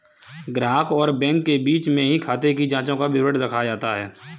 ग्राहक और बैंक के बीच में ही खाते की जांचों का विवरण रखा जाता है